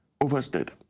overstated